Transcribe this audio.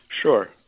Sure